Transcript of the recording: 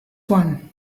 one